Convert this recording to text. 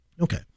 Okay